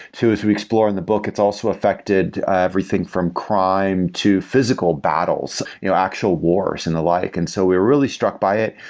as we explore in the book, it's also affected everything from crime to physical battles you know actual wars and the like. and so we're really struck by it.